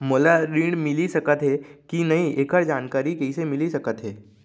मोला ऋण मिलिस सकत हे कि नई एखर जानकारी कइसे मिलिस सकत हे?